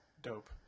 dope